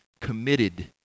committed